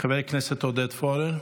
חבר הכנסת עודד פורר,